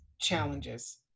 challenges